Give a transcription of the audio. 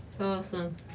Awesome